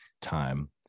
time